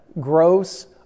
gross